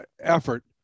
effort